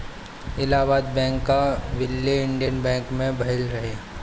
Allahabad bank कअ विलय Indian bank मे भयल रहे